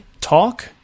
talk